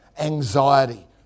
anxiety